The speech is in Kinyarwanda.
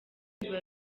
biba